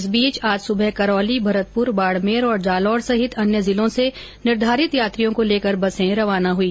इस बीच आज सुबह करौली भरतपुर बाड़मेर और जालोर सहित अन्य जिलों से निर्धारित यात्रियों को लेकर बसे रवाना हुई